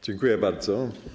Dziękuję bardzo.